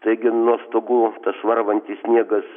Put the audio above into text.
taigi nuo stogų tas varvantis sniegas